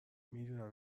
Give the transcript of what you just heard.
میدونم